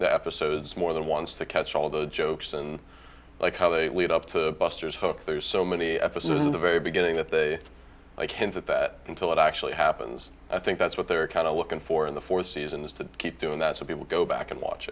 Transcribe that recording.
the episodes more than once to catch all the jokes and like how they lead up to buster's hook there's so many episodes of the very beginning that the like hints at that until it actually happens i think that's what they're kind of looking for in the four seasons to keep doing that so people go back and watch